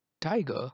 Tiger